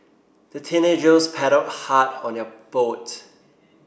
the teenagers paddled hard on their boat